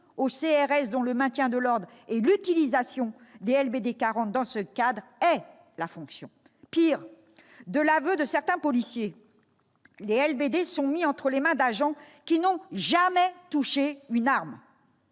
aux CRS, dont le maintien de l'ordre et l'utilisation des LBD 40 dans ce cadre sont la fonction. Pis, de l'aveu de certains policiers, des LBD sont mis entre les mains d'agents qui n'ont jamais touché une arme,